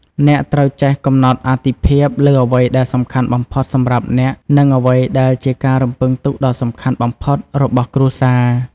អ្នកត្រូវចេះ កំណត់អាទិភាព លើអ្វីដែលសំខាន់បំផុតសម្រាប់អ្នក និងអ្វីដែលជាការរំពឹងទុកដ៏សំខាន់បំផុតរបស់គ្រួសារ។